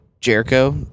Jericho